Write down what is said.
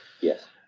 yes